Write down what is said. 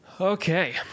Okay